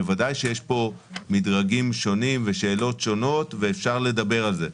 בוודאי יש כאן מדרגים שונים ושאלות שונות ואפשר לדבר על זה.